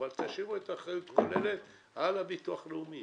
תשאירו את האחריות הכוללת על הביטוח הלאומי.